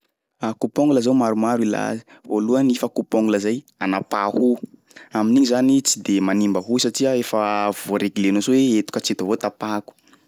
A coupe ongle zao maromaro ilà azy: voalohany i fa coupe ongle zay anapaha hoho, amin'igny zany tsy de mamimba hoho satia efa voareglenao soa hoe eto ka hatreto avao tapahako, zay.